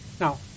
Now